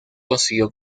consiguió